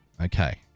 Okay